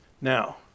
Now